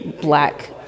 black